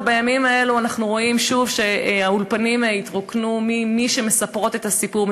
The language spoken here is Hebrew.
בימים האלה אנחנו רואים שוב שהאולפנים התרוקנו ממי שמספרות את הסיפור,